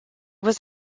was